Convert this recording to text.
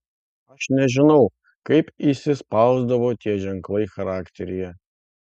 aš nežinau kaip įsispausdavo tie ženklai charakteryje